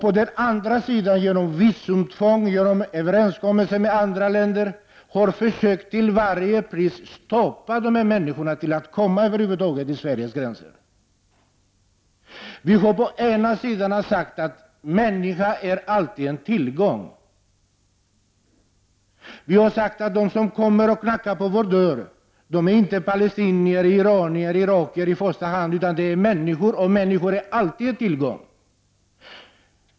Å andra sidan har vi genom visumtvång och överenskommelser med andra länder till varje pris försökt att stoppa dessa människor att över huvud taget komma till Sveriges gränser. Vi har sagt att en människa alltid är en tillgång. De som kommer och knackar på vår dörr är inte i första hand palestinier, iranier och irakier, utan de är människor, och de är alltid en tillgång.